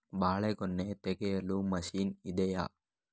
ಬಾಳೆಗೊನೆ ತೆಗೆಯಲು ಮಷೀನ್ ಇದೆಯಾ?